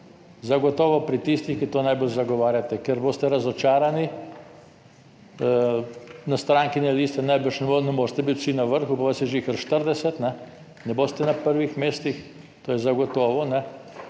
Zagotovo pri tistih, ki to najbolj zagovarjate, ker boste razočarani. Na strankine liste, najbrž ne morete biti vsi, na vrhu pa vas je Žiher 40, ne boste na prvih mestih, to je zagotovo, s